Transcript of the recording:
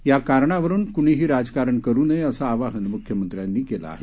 या कारणावरुन कुणीही राजकरण करु नये असं आवाहन मुख्यमंत्र्यांनी केलं आहे